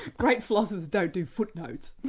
great philosophers don't do footnotes.